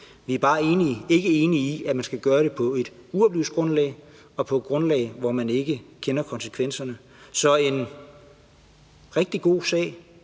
vi er bare ikke enige i, at man skal gøre det på et uoplyst grundlag og på et grundlag, hvor man ikke kender konsekvenserne. Så en rigtig god sag